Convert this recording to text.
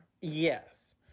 Yes